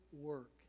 work